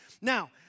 Now